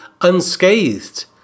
unscathed